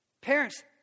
Parents